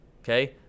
Okay